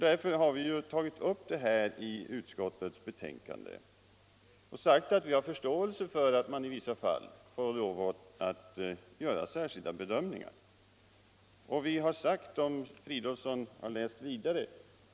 Därför har vi tagit upp detta i utskottets betänkande och sagt att vi har förståelse för att man i vissa fall får göra särskilda bedömningar. Herr Fridolfsson citerade vad utskottet skrev på s. 5.